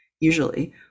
usually